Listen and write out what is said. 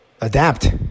Adapt